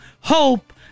hope